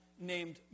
named